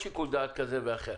כזה או אחר.